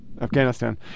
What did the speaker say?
Afghanistan